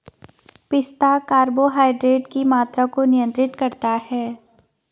पिस्ता कार्बोहाइड्रेट की मात्रा को नियंत्रित करता है